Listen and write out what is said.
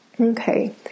Okay